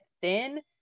thin